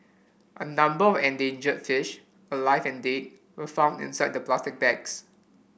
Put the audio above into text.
a number of endangered fish alive and dead were found inside the plastic bags